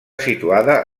situada